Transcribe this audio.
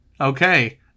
Okay